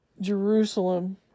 Jerusalem